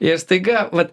ir staiga vat